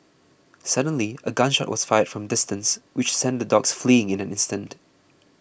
suddenly a gun shot was fired from a distance which sent the dogs fleeing in an instant